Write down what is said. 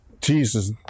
Jesus